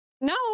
No